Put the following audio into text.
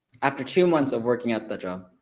after two months of working at that job?